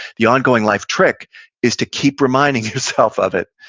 the ongoing life trick is to keep reminding yourself of it.